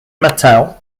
mattel